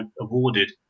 awarded